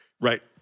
Right